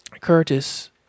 Curtis